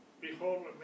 Behold